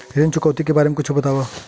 ऋण चुकौती के बारे मा कुछु बतावव?